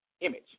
image